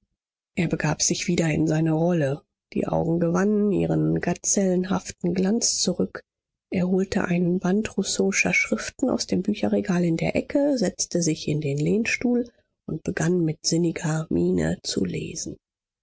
er begab sich wieder in seine rolle die augen gewannen ihren gazellenhaften glanz zurück er holte einen band rousseauscher schriften aus dem bücherregal in der ecke setzte sich in den lehnstuhl und begann mit sinniger miene zu lesen